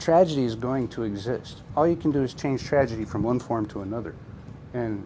tragedies going to exist all you can do is change tragedy from one form to another and